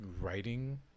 writing